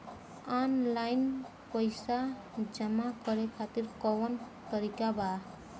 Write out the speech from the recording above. Online पइसा जमा करे खातिर कवन तरीका बा?